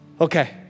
Okay